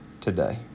today